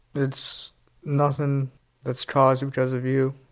it's nothing that's caused because of you.